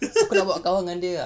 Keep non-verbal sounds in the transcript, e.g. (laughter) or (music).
(laughs)